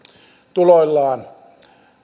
tuloillaan